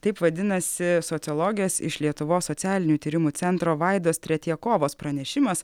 taip vadinasi sociologės iš lietuvos socialinių tyrimų centro vaidos tretjakovos pranešimas